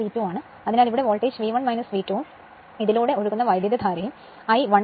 അതിനാൽ ഇവിടെ voltage V1 V2 ഉം ഇതിലൂടെ ഒഴുകുന്ന വൈദ്യുതധാരയും I1 ആണ്